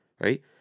right